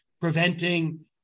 preventing